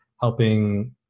helping